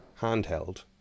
handheld